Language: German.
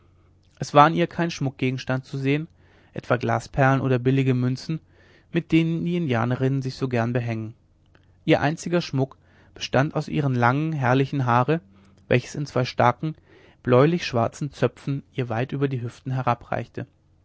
es war an ihr kein schmuckgegenstand zu sehen etwa glasperlen oder billige münzen mit denen die indianerinnen sich so gern behängen ihr einziger schmuck bestand aus ihrem langen herrlichen haare welches in zwei starken bläulich schwarzen zöpfen ihr weit über die hüften